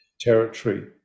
territory